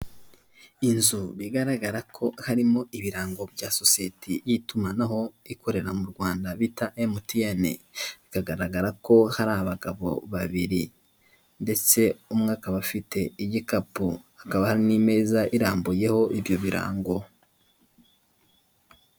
Inzu bigaragara ko harimo ibirango bya sosiyete y'itumanaho ikorera mu Rwanda bita MTN, bikagaragara ko hari abagabo babiri ndetse umwe akaba afite igikapu, hakaba harimo imeza irambuyeho ibyo birango.